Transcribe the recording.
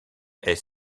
est